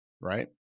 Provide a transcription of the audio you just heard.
Right